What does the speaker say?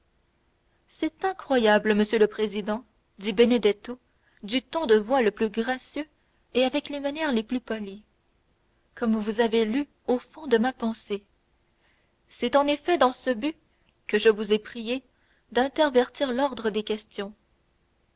c'est incroyable monsieur le président dit benedetto du ton de voix le plus gracieux et avec les manières les plus polies comme vous avez lu au fond de ma pensée c'est en effet dans ce but que je vous ai prié d'intervertir l'ordre des questions